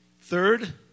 Third